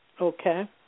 okay